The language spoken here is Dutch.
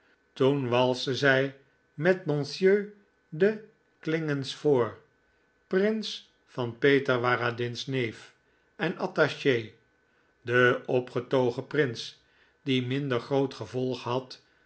toen walste zij met monsieur de klingenspohr prins van peterwaradin's neef en attache de opgetogen prins die een minder groot gevolg had